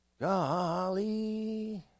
Golly